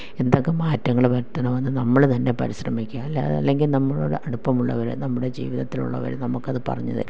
എന്തൊക്കെ മാറ്റങ്ങൾ വരുത്തണമെന്നു നമ്മൾ തന്നെ പരിശ്രമിക്കുക അല്ലാതെ അല്ലെങ്കിൽ നമ്മളോട് അടുപ്പമുള്ളവരെ നമ്മുടെ ജീവിതത്തിലുള്ളവർ നമുക്കത് പറഞ്ഞു തരും